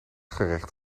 gerecht